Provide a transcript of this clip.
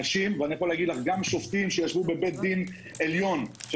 אנשים ואני יכול להגיד לך גם שופטים שישבו בבית דין עליון של